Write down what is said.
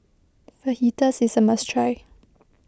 Fajitas is a must try